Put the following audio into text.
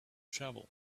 travel